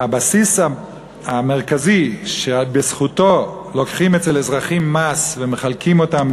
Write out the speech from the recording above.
הבסיס המרכזי שבזכותו לוקחים מאזרחים מס ומחלקים אותו,